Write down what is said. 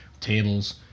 Tables